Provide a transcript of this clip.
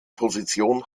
position